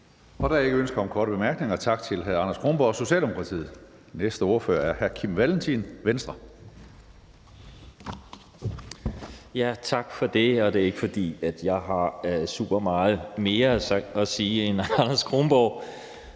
Der er ikke ønske om korte bemærkninger. Tak til hr. Anders Kronborg, Socialdemokratiet. Næste ordfører er hr. Kim Valentin, Venstre. Kl. 15:32 (Ordfører) Kim Valentin (V): Tak for det. Det er ikke, fordi jeg har supermeget mere at sige end Anders Kronborg.